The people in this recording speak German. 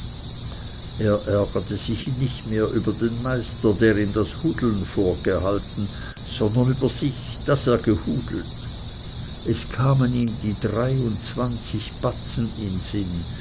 er ärgerte sich nicht mehr über den meister der ihm das hudeln vorgehalten sondern über sich daß er gehudelt es kamen ihm die dreiundzwanzig batzen in sinn